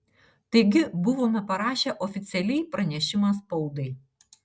taigi buvome parašę oficialiai pranešimą spaudai